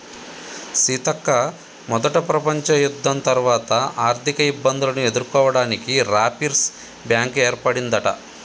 సీతక్క మొదట ప్రపంచ యుద్ధం తర్వాత ఆర్థిక ఇబ్బందులను ఎదుర్కోవడానికి రాపిర్స్ బ్యాంకు ఏర్పడిందట